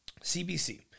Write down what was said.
CBC